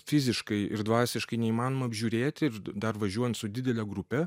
fiziškai ir dvasiškai neįmanoma apžiūrėti ir dar važiuojant su didele grupe